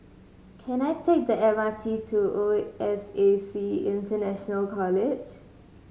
can I take the M R T to O S A C International College